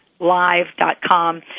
live.com